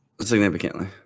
Significantly